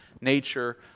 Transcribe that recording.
nature